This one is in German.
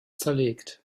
zerlegt